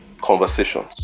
conversations